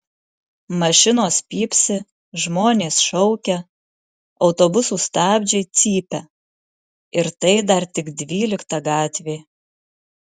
mašinos pypsi žmonės šaukia autobusų stabdžiai cypia ir tai dar tik dvylikta gatvė